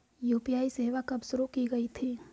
UPI सेवा कब शुरू की गई थी?